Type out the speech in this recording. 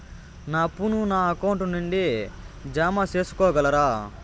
నా అప్పును నా అకౌంట్ నుండి జామ సేసుకోగలరా?